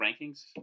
rankings